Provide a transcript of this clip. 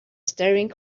staring